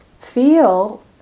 feel